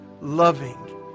loving